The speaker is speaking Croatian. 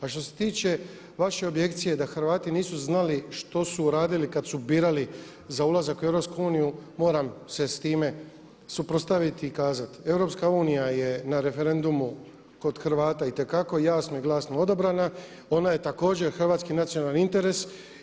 A što se tiče vaše objekcije da Hrvati nisu znali što su uradili kada su birali za ulazak u EU moram se sa time suprotstaviti i kazati EU je na referendumu kod Hrvata itekako jasno i glasno odabrana, ona je također hrvatski nacionalni interes.